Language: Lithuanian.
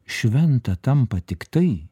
šventa tampa tiktai